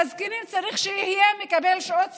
זקנים, צריך שיקבלו שעות סיעוד.